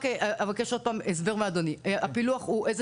רק אבקש עוד פעם הסבר מאדוני: הפילוח הוא איזה